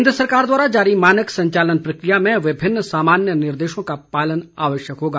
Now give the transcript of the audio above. केंद्र सरकार द्वारा जारी मानक संचालन प्रक्रिया में विभिन्न सामान्य निर्देशों का पालन आवश्यक होगा